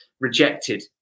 rejected